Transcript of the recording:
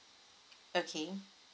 okay